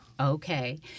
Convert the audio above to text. Okay